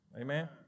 Amen